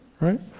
right